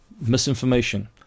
misinformation